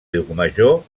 llucmajor